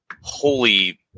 Holy